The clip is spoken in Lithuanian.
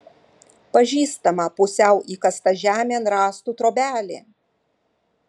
pažįstama pusiau įkasta žemėn rąstų trobelė